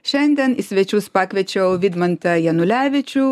šiandien į svečius pakviečiau vidmantą janulevičių